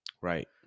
Right